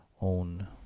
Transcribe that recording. own